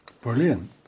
brilliant